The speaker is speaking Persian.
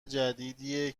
جدیدیه